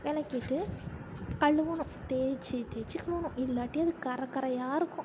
விளக்கிட்டு கழுவணும் தேய்ச்சி தேய்ச்சி கழுவணும் இல்லாட்டி அது கரை கரையாக இருக்கும்